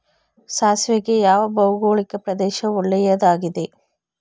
ಸಾಸಿವೆಗೆ ಯಾವ ಭೌಗೋಳಿಕ ಪ್ರದೇಶ ಒಳ್ಳೆಯದಾಗಿದೆ?